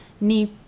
need